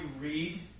read